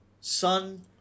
Sun